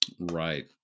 Right